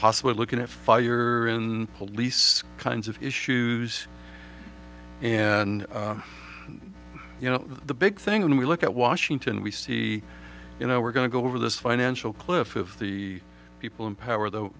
possibly looking at fire and police kinds of issues and you know the big thing when we look at washington d c you know we're going to go over this financial cliff if the people in power though